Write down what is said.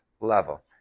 level